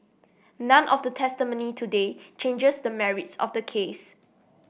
none of the testimony today changes the merits of the case